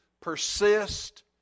persist